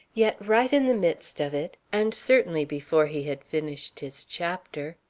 yet right in the midst of it, and certainly before he had finished his chapter,